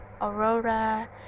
Aurora